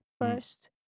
first